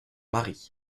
mari